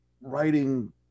writing